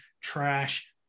trash